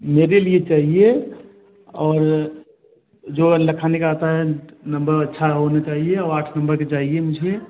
मेरे लिए चाहिए और जो लखानी का आता है नंबर छः वह भी चाहिए और आठ नंबर भी चाहिए मुझे